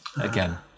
again